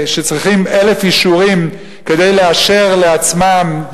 שצריכים אלף אישורים כדי לאשר לעצמם,